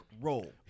role